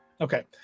Okay